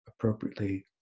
appropriately